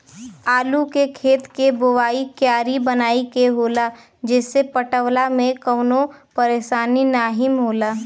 आलू के खेत के बोवाइ क्यारी बनाई के होला जेसे पटवला में कवनो परेशानी नाहीम होला